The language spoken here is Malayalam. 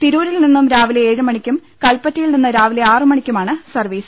തിരൂരിൽ നിന്നും രാവിലെ ഏഴ് മണിക്കും കൽപ്പറ്റയിൽ നിന്ന് രാവിലെ ആറ് മണിക്കു മാണ് സർവീസ്